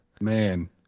Man